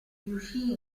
riuscì